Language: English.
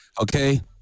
Okay